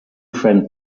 friend